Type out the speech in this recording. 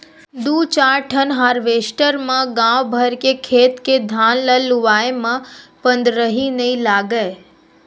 दू चार ठन हारवेस्टर म गाँव भर के खेत के धान ल लुवाए म पंदरही नइ लागय